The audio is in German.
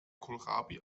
kohlrabi